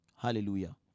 Hallelujah